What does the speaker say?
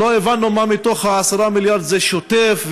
לא הבנו מה מ-10 המיליארד זה שוטף,